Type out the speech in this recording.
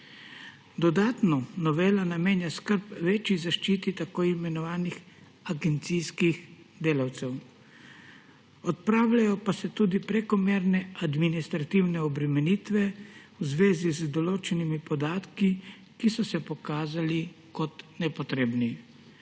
Dodatno novela namenja skrb večji zaščiti tako imenovanih agencijskih delavcev, odpravljajo pa se tudi prekomerne administrativne obremenitve v zvezi z določenimi podatki, ki so se pokazali kot nepotrebni.